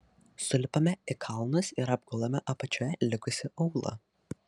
sulipame į kalnus ir apgulame apačioje likusį aūlą